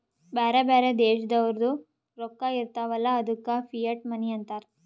ಬ್ಯಾರೆ ಬ್ಯಾರೆ ದೇಶದೋರ್ದು ರೊಕ್ಕಾ ಇರ್ತಾವ್ ಅಲ್ಲ ಅದ್ದುಕ ಫಿಯಟ್ ಮನಿ ಅಂತಾರ್